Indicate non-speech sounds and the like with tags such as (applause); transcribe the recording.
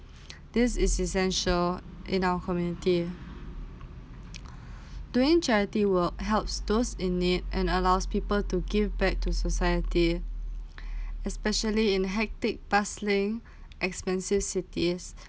(breath) this is essential in our community (noise) (breath) doing charity work helps those in need and allows people to give back to society (breath) especially in hectic bustling expensive cities